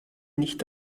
nicht